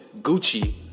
Gucci